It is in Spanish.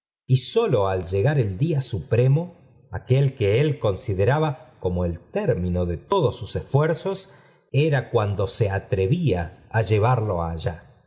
y sólo al llegm el día supremo aquél que él consideraba corno el término de todos sus esfuerzos era cuando he atro vía á llevarlo allá